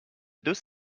deux